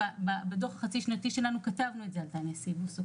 בדו"ח החצי שנתי שלנו כבר כתבנו על דניה סיבוס.